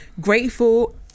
grateful